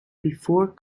before